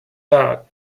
out